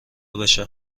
بشه